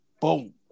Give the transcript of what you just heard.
Boom